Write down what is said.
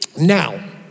Now